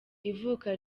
ivuka